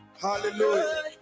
hallelujah